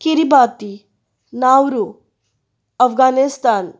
Kiribati Nauru Afghanistan